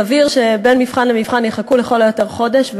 סביר שבין מבחן למבחן יחכו לכל היותר חודש,